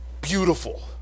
beautiful